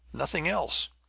nothing else!